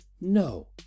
No